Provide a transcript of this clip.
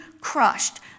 crushed